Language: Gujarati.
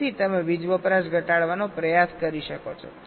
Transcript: તેથી તમે વીજ વપરાશ ઘટાડવાનો પ્રયાસ કરી શકો છો